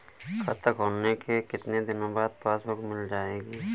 खाता खोलने के कितनी दिनो बाद पासबुक मिल जाएगी?